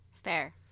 Fair